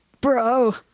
Bro